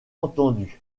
entendu